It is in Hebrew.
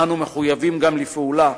אנו מחויבים גם לפעולה,